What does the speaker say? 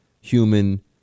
human